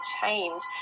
change